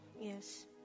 Yes